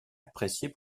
appréciée